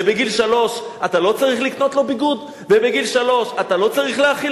ובגיל שלוש אתה לא צריך לקנות לו ביגוד?